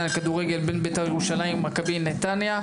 בכדורגל (בין ביתר ירושלים למכבי נתניה).